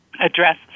address